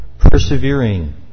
persevering